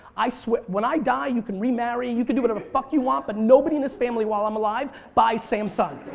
i swear, when i die you can remarry you could do whatever the fuck you want but nobody in his family while i'm alive buys samsung.